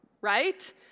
right